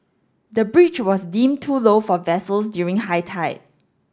the bridge was deemed too low for vessels during high tide